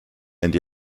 and